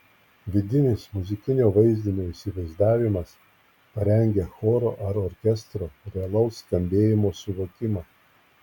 vidinis muzikinio vaizdinio įsivaizdavimas parengia choro ar orkestro realaus skambėjimo suvokimą